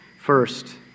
First